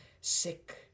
sick